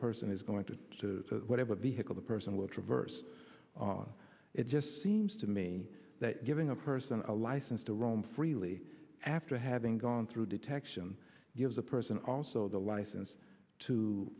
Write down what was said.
person is going to to whatever vehicle the person will traverse it just seems to me that giving a person a license to roam freely after having gone through detection gives a person also the license to